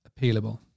appealable